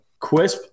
quisp